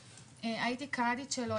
הייתי הקה"דית שלו,